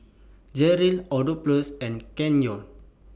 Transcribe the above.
Jeryl Adolphus and Kenyon